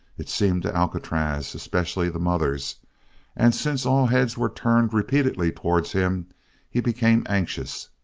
it seemed to alcatraz, especially the mothers and since all heads were turned repeatedly towards him he became anxious.